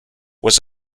was